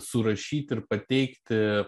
surašyti ir pateikti